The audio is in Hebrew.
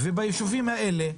ובישובים האלה,